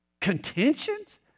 contentions